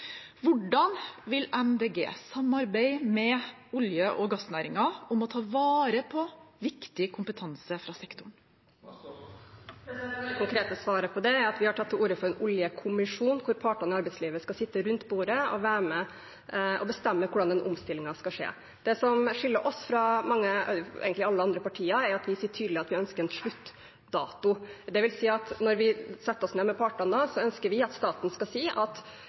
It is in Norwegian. Hvordan vil Miljøpartiet De Grønne samarbeide med olje- og gassnæringen om å ta vare på viktig kompetanse fra sektoren? Det veldig konkrete svaret på det er at vi har tatt til orde for en oljekommisjon, hvor partene i arbeidslivet skal sitte rundt bordet og være med på å bestemme hvordan omstillingen skal skje. Det som skiller oss fra egentlig alle andre partier, er at vi tydelig sier at vi ønsker en sluttdato. Det vil si at når vi setter oss ned med partene, ønsker vi at staten skal si at